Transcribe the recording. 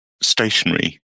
stationary